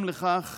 גם לכך